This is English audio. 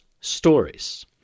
stories